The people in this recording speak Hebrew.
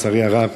לצערי הרב.